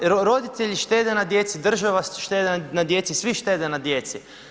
Roditelji štede na djeci, država štedi na djeci, svi štede na djeci.